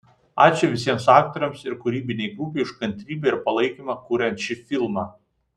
ačiū visiems aktoriams ir kūrybinei grupei už kantrybę ir palaikymą kuriant šį filmą